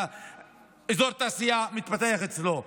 אזור תעשייה מתפתח אצלו,